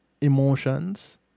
emotions